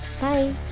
Bye